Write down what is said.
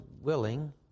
willing